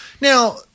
Now